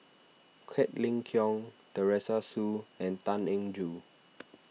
Quek Ling Kiong Teresa Hsu and Tan Eng Joo